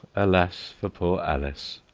alas for poor alice!